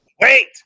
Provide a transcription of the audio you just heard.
Wait